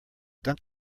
dunk